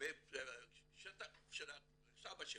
לשטח של הסבא שלי,